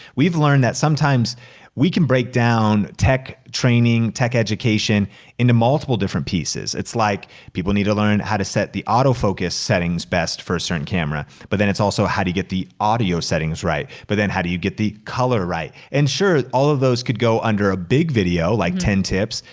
we've learned that sometimes we can break down tech training, tech education into multiple different pieces. it's like people need to learn how to set the auto focus settings best for a certain camera, but then it's also how do you get the audio settings right, but then how do you get the color right? and sure, all of those could go under a big video like ten tips.